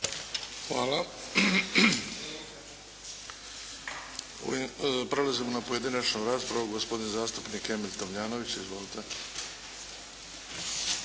Hvala. Prelazimo na pojedinačnu raspravu. Gospodin zastupnik Emil Tomljanović. Izvolite.